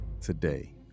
today